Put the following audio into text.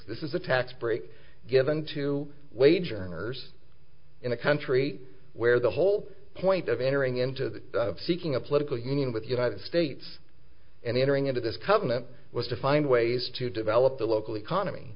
breaks this is a tax break given to wage earners in a country where the whole point of entering into the seeking a political union with united states and entering into this covenant was to find ways to develop the local economy